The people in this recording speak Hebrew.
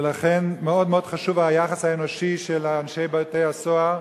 ולכן מאוד חשוב היחס האנושי של אנשי בתי-הסוהר,